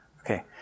Okay